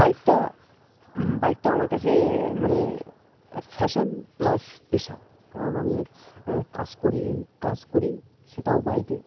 বাইকটা বাইকটা আমার কাছে মানে ফ্যাশান প্লাস পেশা কারণ আমি কাজ করি কাজ করি সেটাও বাইকে